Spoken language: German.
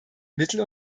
mittel